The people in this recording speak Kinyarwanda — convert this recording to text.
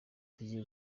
tugiye